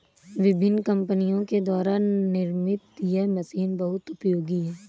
विभिन्न कम्पनियों के द्वारा निर्मित यह मशीन बहुत उपयोगी है